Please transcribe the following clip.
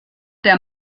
der